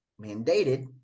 mandated